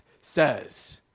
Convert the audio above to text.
says